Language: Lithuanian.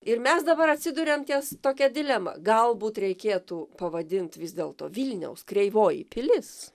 ir mes dabar atsiduriam ties tokia dilema galbūt reikėtų pavadint vis dėlto vilniaus kreivoji pilis